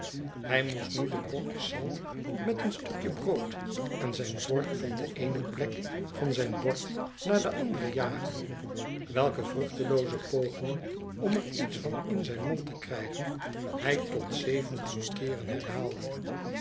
hij moest nu de brokjes zalm met een stukje brood en zijn vork van de eene plek van zijn bord naar de andere jagen welke vruchtelooze pogingen om er iets van in zijn mond te krijgen hij totzeventien keeren